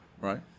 right